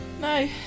No